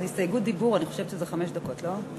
זאת הסתייגות דיבור, אני חושבת שזה חמש דקות, לא?